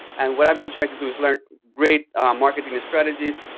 and what i've been trying to do is learn great marketing strategies